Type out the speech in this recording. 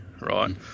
right